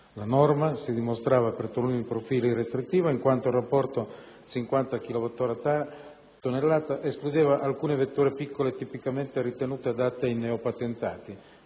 La norma si dimostrava per taluni profili restrittiva, in quanto il rapporto 50 kW/t escludeva alcune vetture piccole tipicamente ritenute adatte ai neopatentati;